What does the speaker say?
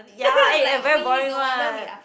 ya eh I very boring one